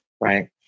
Right